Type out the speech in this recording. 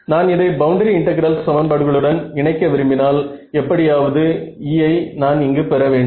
நான் இதை boundary integral சமன்பாடுகளுடன் இணைக்க விரும்பினால் எப்படியாவது E ஐ நான் இங்கு பெற வேண்டும்